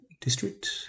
District